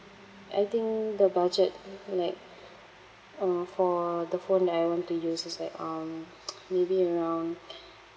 I think the budget like uh for the phone that I want to use is like um maybe around